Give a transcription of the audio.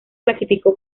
clasificó